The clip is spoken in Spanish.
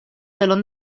telón